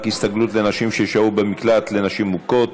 הסתגלות לנשים ששהו במקלט לנשים מוכות)